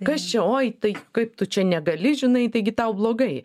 kas čia oi tai kaip tu čia negali žinai taigi tau blogai